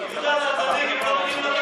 יהודים ושאינם יהודים,